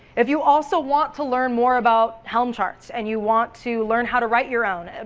if you also want to learn more about helm charts and you want to learn how to write your own,